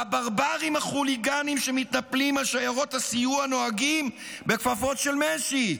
בברברים החוליגנים שמתנפלים על שיירות הסיוע נוהגים בכפפות של משי,